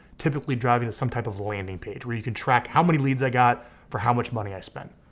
typically driving to some type of landing page where you can track how many lads i got for how much money i spent.